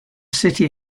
city